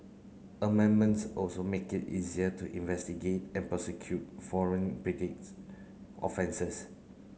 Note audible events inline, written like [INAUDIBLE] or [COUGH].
amendments also make it easier to investigate and prosecute foreign [UNINTELLIGIBLE] offences